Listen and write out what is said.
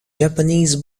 japanese